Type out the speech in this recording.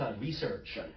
Research